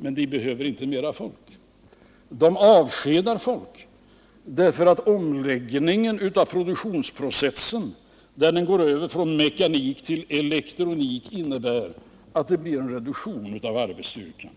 Men man behöver inte mera folk där, utan man avskedar folk. Omläggningen av produktionsprocessen med övergång från mekanik till elektronik medför att det blir nödvändigt med en reduktion av arbetsstyrkan.